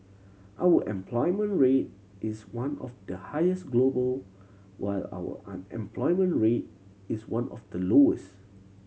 our employment rate is one of the highest global while our unemployment rate is one of the lowest